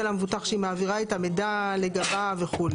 למבוטח שהיא מעבירה את המידע לגביו וכו',